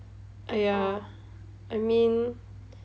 !aiya! I mean